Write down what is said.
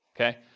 okay